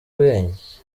ubwenge